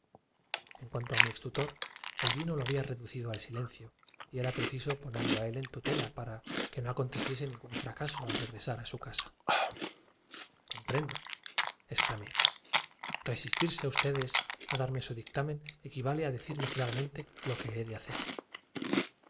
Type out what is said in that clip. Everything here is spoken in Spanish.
en cuanto mi a extutor el vino lo había reducido al silencio y era uno de los que con más viveza arrancan del estado normal a que la preciso ponerlo a él en tutela para que no aconteciese sociedad se halla sometida así la decisión que tomemos ha de consti al regresar a su casa ningún fracaso tuir un acto extemporáneo de nuestra conciencia un concepto repen comprendoexclamé resistirse ustedes a darme tino un juicio instructivo un viso fugaz de nuestra aprensión íntima su dictamen equivale a decirme claramente lo que he de hacer